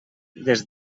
des